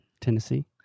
Tennessee